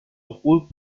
ocult